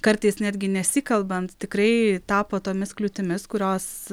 kartais netgi nesikalbant tikrai tapo tomis kliūtimis kurios